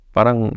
Parang